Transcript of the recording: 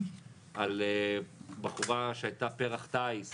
על בחורה שהייתה פרח טייס